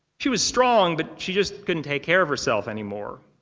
she was strong, but she just couldn't take care of herself anymore.